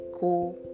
go